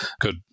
good